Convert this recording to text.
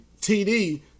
TD